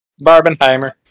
Barbenheimer